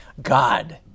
God